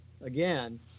again